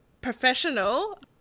professional